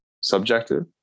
Subjective